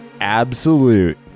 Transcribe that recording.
absolute